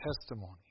testimony